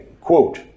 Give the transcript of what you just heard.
quote